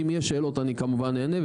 אם יהיו שאלות אני כמובן אענה.